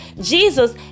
Jesus